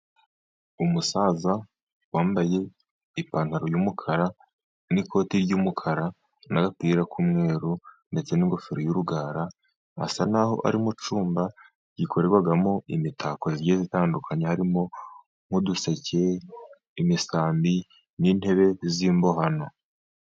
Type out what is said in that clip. Umusaza wambaye ipantaro y' yumukara n'ikoti ry'umukara n'agapira k'umweru ndetse n'ingofero y'urugara asa nkaho ari mucumba gikorerwamo imitako igiye itandukanye harimo nk'uduseke imisambi n'intebe z'imbaho.